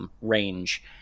range